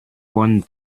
one